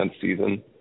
season